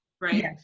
Right